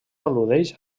al·ludeix